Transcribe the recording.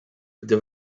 gdy